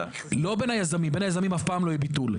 לא בין היזמים, בין היזמים אף פעם לא יהיה ביטול.